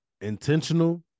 intentional